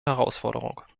herausforderung